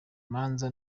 imanza